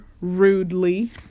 rudely